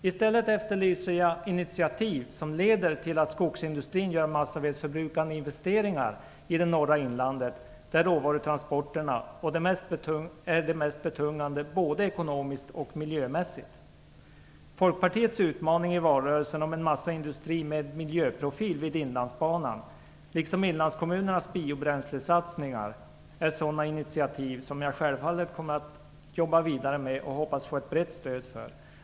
I stället efterlyser jag initiativ som leder till att skogsindustrin gör massavedsförbrukande investeringar i det norra inlandet där råvarutransporterna är det mest betungande både ekonomiskt och miljömässigt. Folkpartiets utmaning i valrörelsen om en massaindustri med miljöprofil vid Inlandsbanan liksom inlandskommunernas biobränslesatsningar är sådana initiativ som jag självfallet kommer att jobba vidare med och hoppas få ett brett stöd för.